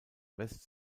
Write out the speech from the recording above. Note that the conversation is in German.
west